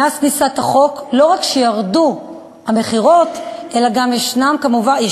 מאז כניסת החוק לא רק ירדו המכירות אלא יש כמובן